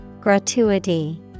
Gratuity